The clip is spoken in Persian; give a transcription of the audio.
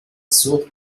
سوخت